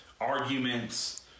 arguments